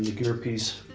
gear piece